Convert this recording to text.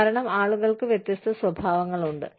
കാരണം ആളുകൾക്ക് വ്യത്യസ്ത സ്വഭാവങ്ങളുണ്ട്